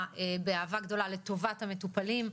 באהבה גדולה לטובת המטופלים.